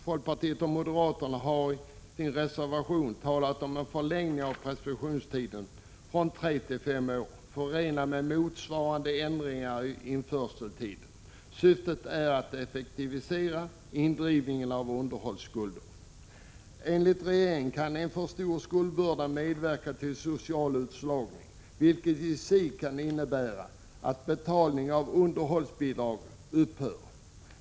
Folkpartisterna och moderaterna har i sin reservation talat om en förlängning av preskriptionstiden från tre till fem år, förenad med motsvarande ändringar i införseltiden. Syftet är att effektivisera indrivningen av underhållsskulder. Enligt regeringen kan en för stor skuldbörda medverka till social utslagning, vilket i sig kan innebära att betalning av underhållsbidrag upphör.